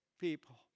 people